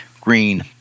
green